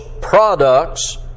products